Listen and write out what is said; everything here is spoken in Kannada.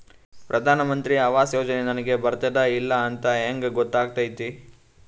ಪ್ರಧಾನ ಮಂತ್ರಿ ಆವಾಸ್ ಯೋಜನೆ ನನಗ ಬರುತ್ತದ ಇಲ್ಲ ಅಂತ ಹೆಂಗ್ ಗೊತ್ತಾಗತೈತಿ?